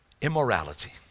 immorality